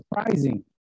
surprising